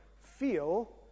feel